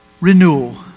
renewal